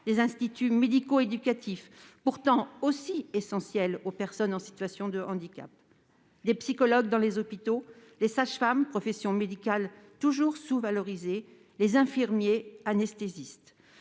des instituts médico-éducatifs, pourtant aussi essentiels aux personnes en situation de handicap, les psychologues hospitaliers, les sages-femmes- profession médicale toujours sous-valorisée -et les infirmiers anesthésistes